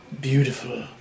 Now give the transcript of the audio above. beautiful